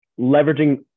leveraging